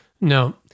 No